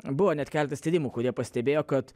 buvo net keletas tyrimų kurie pastebėjo kad